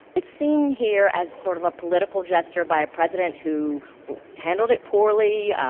it's seen here as sort of a political gesture by a president who handled it poorly,